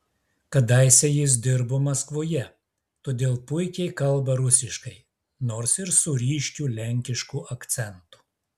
kadaise jis dirbo maskvoje todėl puikiai kalba rusiškai nors ir su ryškiu lenkišku akcentu